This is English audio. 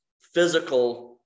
physical